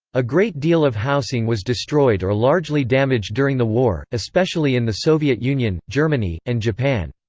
a great deal of housing was destroyed or largely damaged during the war, especially in the soviet union, germany, and japan.